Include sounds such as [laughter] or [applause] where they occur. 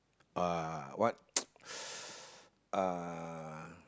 uh what [noise] uh